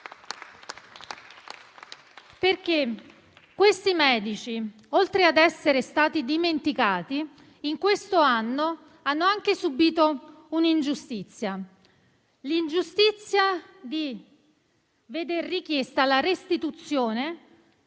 Questi medici, oltre a essere stati dimenticati, in quest'anno hanno anche subito l'ingiustizia di veder richiesta la restituzione